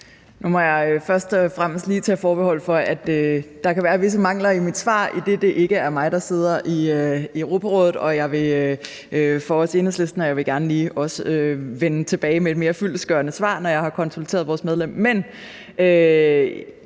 Nu må jeg første og fremmest lige tage forbehold for, at der kan være visse mangler i mit svar, idet det ikke er mig, der sidder i Europarådet for Enhedslisten. Og jeg vil gerne lige vende tilbage med et mere fyldestgørende svar, når jeg har konsulteret vores medlem. Men